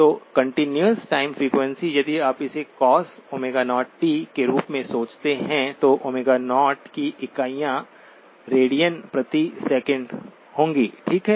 तो continuous time frequency यदि आप इसे cos के रूप में सोचते हैं तो 0 की इकाइयाँ रेडियन प्रति सेकंड होंगी ठीक है